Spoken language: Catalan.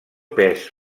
pes